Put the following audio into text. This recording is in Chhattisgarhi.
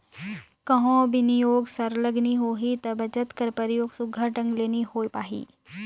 कहों बिनियोग सरलग नी होही ता बचत कर परयोग सुग्घर ढंग ले नी होए पाही